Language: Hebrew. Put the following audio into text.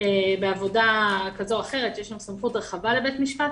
בעבודה כזו או אחרת, שיש שם סמכות רחבה לבית משפט.